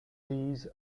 these